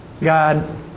God